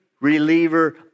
reliever